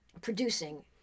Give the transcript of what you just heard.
producing